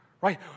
Right